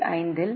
5 ஆல் 2